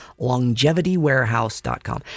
longevitywarehouse.com